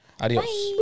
Adios